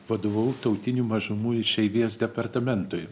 vadovavau tautinių mažumų išeivijos departamentui